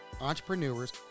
entrepreneurs